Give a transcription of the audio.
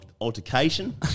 altercation